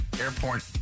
airport